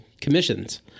commissions